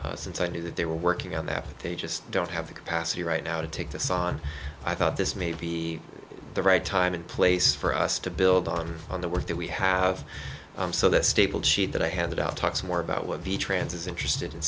bull since i knew that they were working on that but they just don't have the capacity right now to take this on i thought this may be the right time and place for us to build on on the work that we have so that stable sheet that i handed out talks more about what the trans is interested in